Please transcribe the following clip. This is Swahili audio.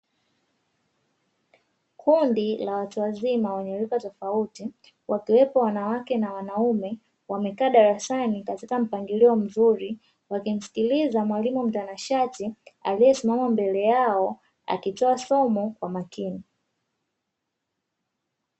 Kundi la watu wazima wenye rika tofauti wakiwepo wanawake na wanaume wamekaa darasani katika mpangilio mzuri, wakimsikiliza mwalimu mtanashati aliyesimama mbele yao akitoa somo kwa makini.